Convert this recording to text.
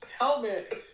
helmet